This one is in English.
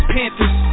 Panthers